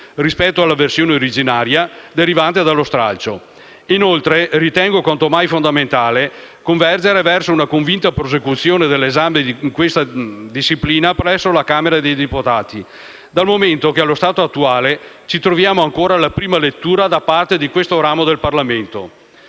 rispetto alla versione originaria derivante dallo stralcio. Inoltre, ritengo quanto mai fondamentale convergere verso una convinta prosecuzione dell'esame di questa disciplina presso la Camera dei deputati, dal momento che, allo stato attuale, ci troviamo ancora alla prima lettura da parte di questo ramo del Parlamento.